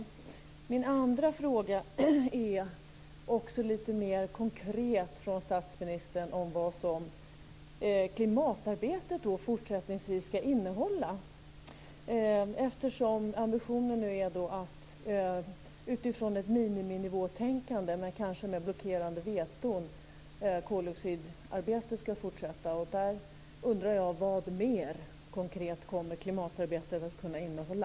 På min andra fråga vill jag höra lite mer konkret från statsministern vad klimatarbetet fortsättningsvis ska innehålla, eftersom ambitionen nu är att koldioxidarbetet ska fortsätta utifrån ett miniminivåtänkande men kanske med blockerande veton. Jag undrar vad mer konkret klimatarbetet kommer att kunna innehålla.